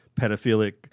pedophilic